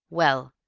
well,